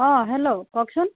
অঁ হেল্ল' কওকচোন